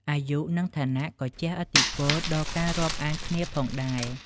អាយុ និងឋានៈក៏ជះឥទ្ធិពលដល់ការរាប់អានគ្នាផងដែរ។